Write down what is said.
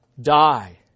die